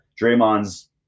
Draymond's